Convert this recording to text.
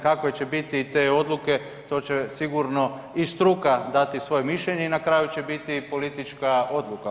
Kakve će biti te odluke to će sigurno i struka dati svoje mišljenje i na kraju će biti i politička odluka.